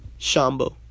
Shambo